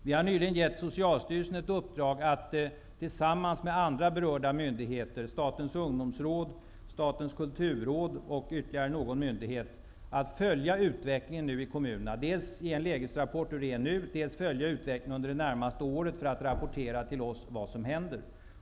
Vi har nyligen gett Socialstyrelsen i uppdrag att tillsammans med andra berörda myndigheter, Statens ungdomsråd, Statens kulturråd och ytterligare någon myndighet, följa utvecklingen i kommunerna. De skall dels ge en lägesrapport om hur det är nu, dels följa utvecklingen under det närmaste året för att rapportera till oss vad som händer.